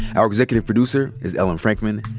our executive producer is ellen frankman.